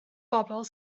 bobl